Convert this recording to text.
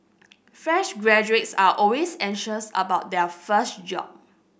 fresh graduates are always anxious about their first job